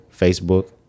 Facebook